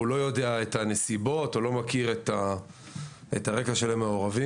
והוא לא יודע את הנסיבות או לא מכיר את הרקע של המעורבים.